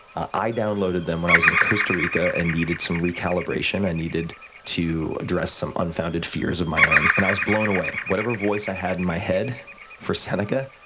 i downloaded them when i was in costa rica. i and needed some recalibration. i needed to address some unfounded fears of my own, and i was blown away. whatever voice i had in my head for seneca,